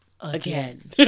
Again